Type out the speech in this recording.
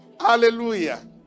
Hallelujah